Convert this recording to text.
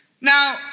Now